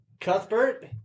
Cuthbert